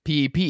PEP